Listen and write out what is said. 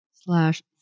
slash